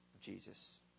Jesus